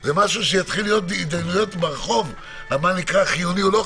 זה משהו שיתחילו להיות התדיינויות ברחוב על מה נקרא חיוני או לא חיוני,